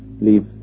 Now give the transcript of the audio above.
leave